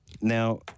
now